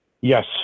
Yes